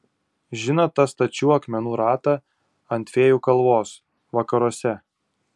žinot tą stačių akmenų ratą ant fėjų kalvos vakaruose